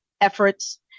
efforts